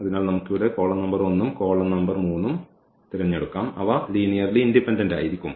അതിനാൽ നമുക്ക് ഇവിടെ കോളം നമ്പർ 1 ഉം കോളം നമ്പർ 3 ഉം തിരഞ്ഞെടുക്കാം അവ ലീനിയർലി ഇൻഡിപെൻഡന്റ് ആയിരിക്കും